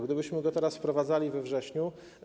Gdybyśmy go teraz wprowadzali we wrześniu.